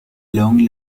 long